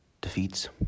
defeats